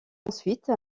ensuite